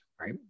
right